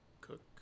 Cook